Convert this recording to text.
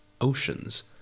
oceans